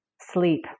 Sleep